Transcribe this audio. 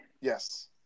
yes